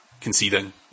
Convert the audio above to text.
conceding